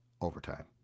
overtime